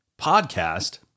podcast